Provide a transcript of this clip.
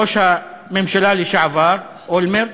ראש הממשלה לשעבר אולמרט,